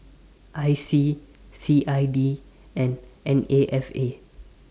I C C I D and N A F A